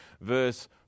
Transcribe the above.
verse